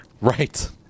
Right